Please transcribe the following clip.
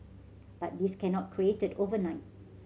but this cannot created overnight